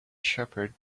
shepherd